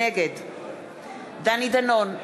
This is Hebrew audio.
נגד דני דנון,